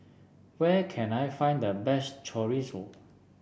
where can I find the best Chorizo